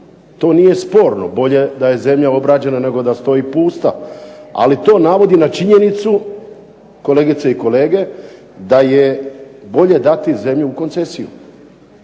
to nije sporno. Bolje da je zemlja obrađena nego da stoji pusta, ali to navodi na činjenicu, kolegice i kolege, da je bolje dati zemlju u koncesiju.